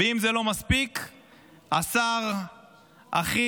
ואם זה לא מספיק, השר הכי,